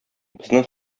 безнең